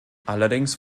allerdings